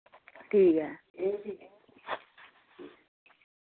ठीक ऐ